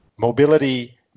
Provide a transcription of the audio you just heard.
Mobility